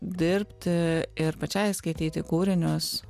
dirbt ir pačiai skaityti kūrinius